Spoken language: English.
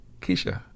keisha